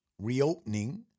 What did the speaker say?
Reopening